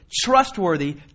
trustworthy